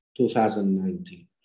2019